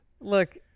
Look